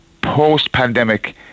post-pandemic